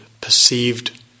perceived